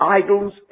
idols